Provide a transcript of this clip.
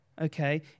okay